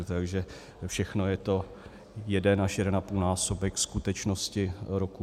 Takže všechno je to jeden až jedenapůlnásobek skutečnosti roku 2019.